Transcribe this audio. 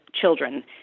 children